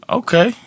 okay